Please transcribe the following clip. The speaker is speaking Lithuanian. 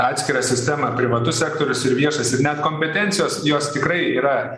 atskira sistema privatus sektorius ir viešas ir net kompetencijos jos tikrai yra